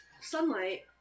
sunlight